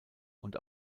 und